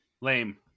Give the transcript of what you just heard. Lame